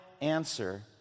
answer